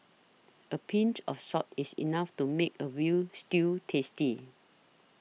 a pinch of salt is enough to make a Veal Stew tasty